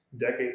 decade